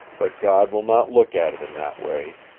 but god will not look at it in that way.